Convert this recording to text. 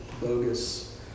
bogus